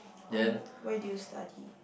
orh where do you study